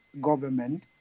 government